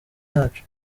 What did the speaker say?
yacu